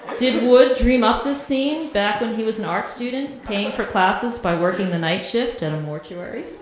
did wood dream up this scene back when he was an art student paying for classes by working the night shift at and a mortuary?